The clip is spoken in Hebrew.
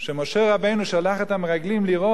שמשה רבנו שלח את המרגלים לראות